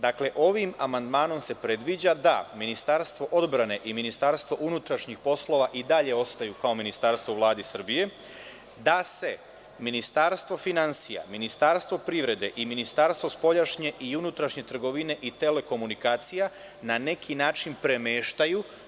Dakle, ovim amandmanom se predviđa da Ministarstvo odbrane i Ministarstvo unutrašnjih poslova i dalje ostaju kao ministarstva u Vladi Srbije, da se Ministarstvo finansija, Ministarstvo privrede i Ministarstvo spoljašnje i unutrašnje trgovine i telekomunikacija na neki način premeštaju.